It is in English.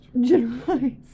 Generalized